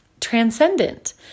transcendent